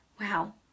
Wow